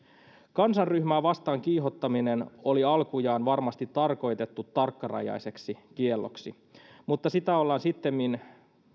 kansanryhmää vastaan kiihottaminen oli alkujaan varmasti tarkoitettu tarkkarajaiseksi kielloksi mutta sitä ollaan sittemmin